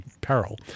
peril